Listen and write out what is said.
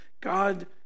God